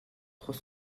trois